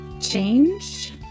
change